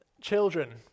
Children